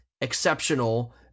exceptional